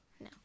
No